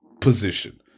position